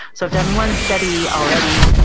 so, i've done one study already.